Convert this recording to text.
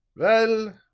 well,